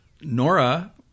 Nora